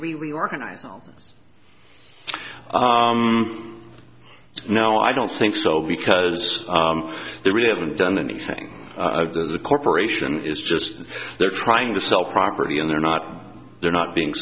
we organize no i don't think so because they really haven't done anything the corporation is just they're trying to sell property and they're not they're not being